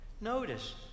Notice